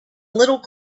little